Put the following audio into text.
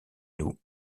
nous